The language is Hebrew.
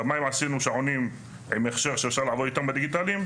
עם המים עשינו שעונים עם הכשר שאפשר לעבוד איתם בדיגיטלי.